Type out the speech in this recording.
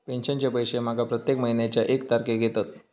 पेंशनचे पैशे माका प्रत्येक महिन्याच्या एक तारखेक येतत